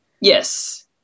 Yes